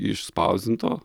iš spausdinto